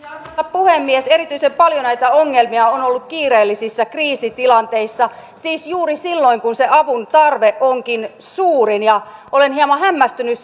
puhemies erityisen paljon näitä ongelmia on ollut kiireellisissä kriisitilanteissa siis juuri silloin kun se avun tarve onkin suurin olen hieman hämmästynyt